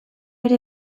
ere